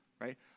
right